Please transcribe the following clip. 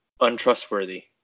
untrustworthy